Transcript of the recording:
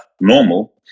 normal